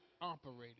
operated